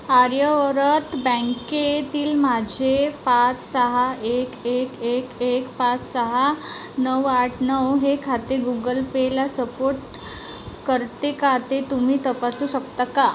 आर्यव्रत बँकेतील माझे पाच सहा एक एक एक एक पाच सहा नऊ आठ नऊ हे खाते गुगल पेला सपोर्ट करते का ते तुम्ही तपासू शकता का